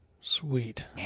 Sweet